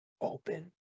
open